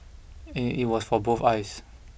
and it was for both eyes